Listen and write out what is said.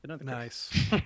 Nice